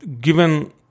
given